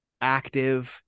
active